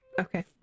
Okay